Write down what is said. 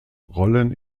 rollen